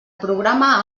programa